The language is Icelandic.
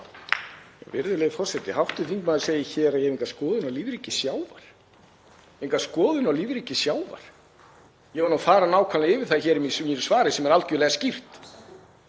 Virðulegur forseti. Hv. þingmaður segir hér að ég hefi enga skoðun á lífríki sjávar. — Enga skoðun á lífríki sjávar? Ég var nú að fara nákvæmlega yfir það hér í mínu svari, sem er algerlega skýrt.